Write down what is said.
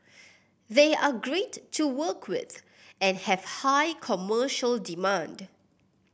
they are great to work with and have high commercial demand